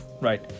Right